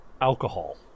Alcohol